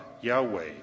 Yahweh